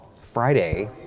Friday